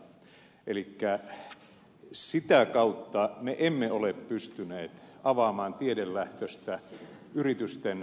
elikkä sitä kautta me emme ole pystyneet avaamaan tiedelähtöistä yritysten uusperustantaa